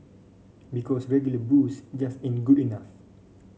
because regular booze just ain't good enough